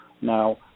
now